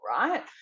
right